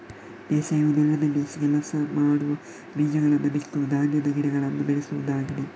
ಬೇಸಾಯವು ನೆಲದಲ್ಲಿ ಕೆಲಸ ಮಾಡುವ, ಬೀಜಗಳನ್ನ ಬಿತ್ತುವ ಧಾನ್ಯದ ಗಿಡಗಳನ್ನ ಬೆಳೆಸುವುದಾಗಿದೆ